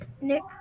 Nick